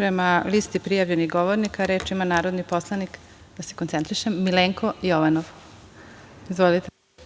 prema listi prijavljenih govornika. Reč ima narodni poslanik Milenko Jovanov. Izvolite.